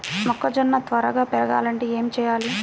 మొక్కజోన్న త్వరగా పెరగాలంటే ఏమి చెయ్యాలి?